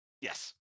Yes